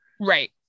Right